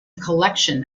collection